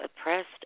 oppressed